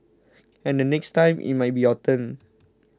and the next time it might be your turn